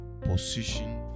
position